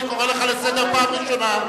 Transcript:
אני קורא לך לסדר פעם ראשונה.